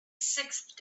sixth